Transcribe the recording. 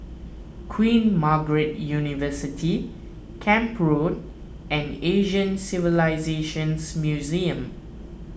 Queen Margaret University Camp Road and Asian Civilisations Museum